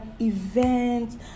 events